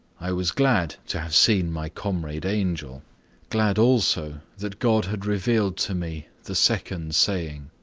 i was glad to have seen my comrade angel glad also that god had revealed to me the second saying.